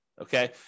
Okay